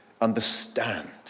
understand